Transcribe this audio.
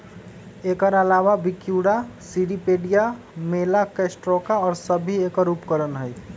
एकर अलावा Brachyura, Cirripedia, Malacostraca और सब भी एकर उपगण हई